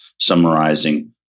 summarizing